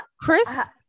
chris